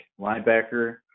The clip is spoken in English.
linebacker